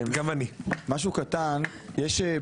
עוד נקודה אחת לגבי מכתב ההנחיות שהעברתי לרשויות